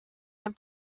and